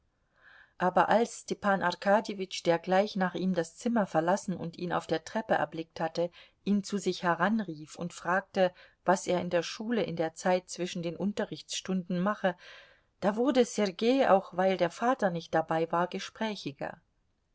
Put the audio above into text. aber als stepan arkadjewitsch der gleich nach ihm das zimmer verlassen und ihn auf der treppe erblickt hatte ihn zu sich heranrief und fragte was er in der schule in der zeit zwischen den unterrichtsstunden mache da wurde sergei auch weil der vater nicht dabei war gesprächiger